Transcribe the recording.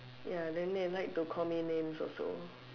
ya then they like to call me names also